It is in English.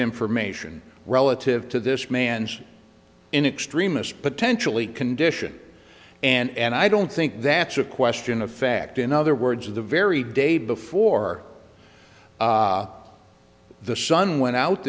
information relative to this man's in extremis potentially condition and i don't think that's a question of fact in other words of the very day before the son went out